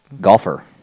Golfer